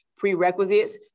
prerequisites